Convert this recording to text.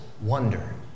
wonder